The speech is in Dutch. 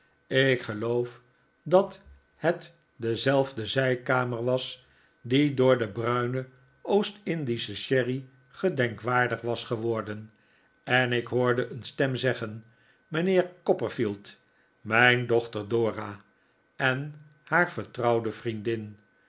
ik geloof dat het dezelfde zijkamer was die door den bruinen oostindischen sherry gedenkwaardig was geworden en ik hoorde een stem zeggen mijnheer copperfield mijn dochter dora en haar vertrouwde vriendin